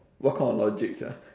what kind of logic sia